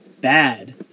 bad